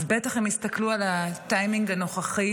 אז בטח הם יסתכלו על הטיימינג הנוכחי